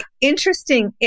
Interesting